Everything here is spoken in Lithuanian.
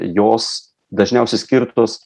jos dažniausia skirtos